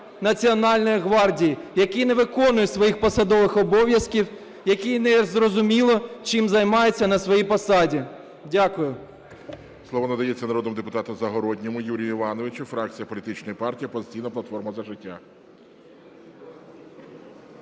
Національної гвардії, який не виконує своїх посадових обов'язків, який незрозуміло чим займається на своїй посаді. Дякую.